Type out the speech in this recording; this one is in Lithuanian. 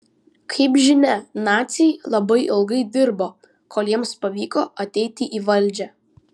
kaip žinia naciai labai ilgai dirbo kol jiems pavyko ateiti į valdžią